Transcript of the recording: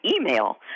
email